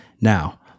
Now